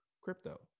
crypto